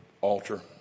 altar